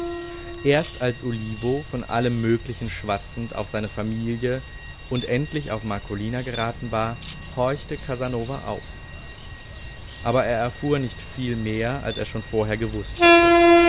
erst als olivo von allem möglichen schwatzend auf seine familie und endlich auf marcolina geraten war horchte casanova auf aber er erfuhr nicht viel mehr als er schon vorher gewußt hatte